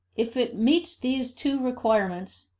if it meets these two requirements,